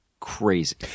Crazy